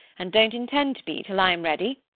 and don't intend to be till i am ready.